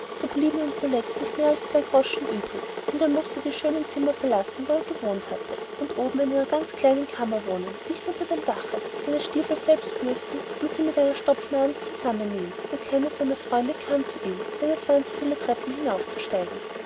so blieben ihm zuletzt nicht mehr als zwei groschen übrig und er mußte die schönen zimmer verlassen wo er gewohnt hatte und oben in einer ganz kleinen kammer wohnen dicht unter dem dache seine stiefel selbst bürsten und sie mit einer stopfnadel zusammennähen und keiner seiner freunde kam zu ihm denn es waren viele treppen hinaufzusteigen